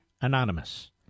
anonymous